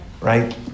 Right